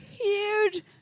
huge